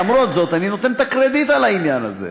למרות זאת אני נותן את הקרדיט על העניין הזה.